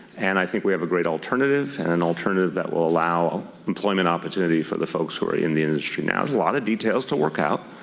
and i think we have a great alternative and an alternative that will allow employment opportunities for the folks who are in the now. it's a lot of details to work out.